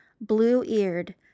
blue-eared